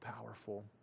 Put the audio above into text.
powerful